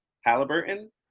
Halliburton